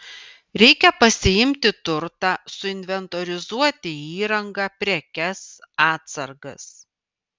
reikia pasiimti turtą suinventorizuoti įrangą prekes atsargas